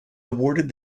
awarded